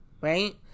right